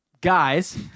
guys